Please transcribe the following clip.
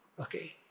Okay